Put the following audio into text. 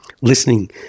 listening